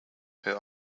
her